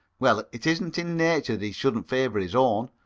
well, it isn't in nature he shouldn't favour his own.